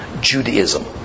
Judaism